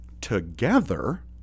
together